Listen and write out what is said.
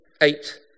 eight